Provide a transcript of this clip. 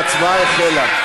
ההצבעה החלה.